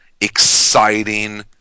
exciting